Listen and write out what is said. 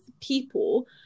people